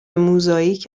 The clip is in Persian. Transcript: موزاییک